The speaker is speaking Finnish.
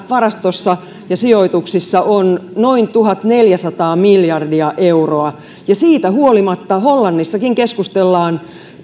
varastossa ja sijoituksissa on noin tuhatneljäsataa miljardia euroa ja siitä huolimatta hollannissakin keskustellaan